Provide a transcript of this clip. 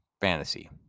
fantasy